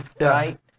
right